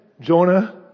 Jonah